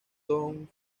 don